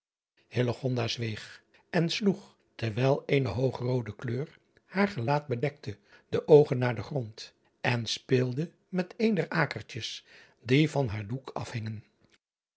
zweeg en sloeg terwijl eene hoogroode kleur haar gelaat bedekte de oogen naar den grond en speelde met een der akertjes die van haar doek afhingen